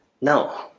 No